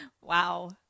wow